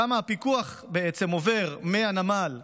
שם הפיקוח עובר מהנמל לשווקים,